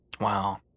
Wow